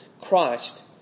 Christ